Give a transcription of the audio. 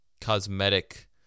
cosmetic